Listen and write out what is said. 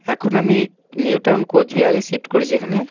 এখন আমি নিউ টাউন কোচবিহারে শিফট করেছি এখানে